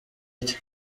iki